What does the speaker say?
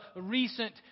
recent